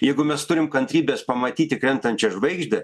jeigu mes turim kantrybės pamatyti krentančią žvaigždę